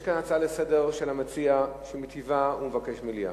יש כאן הצעה לסדר של המציע, שמבקש מליאה.